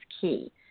key